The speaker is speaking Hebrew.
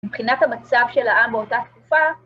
מבחינת המצב של העם באותה תקופה,